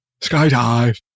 Skydive